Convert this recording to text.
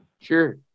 Sure